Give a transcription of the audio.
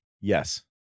Yes